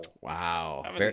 Wow